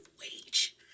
wage